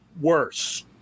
worse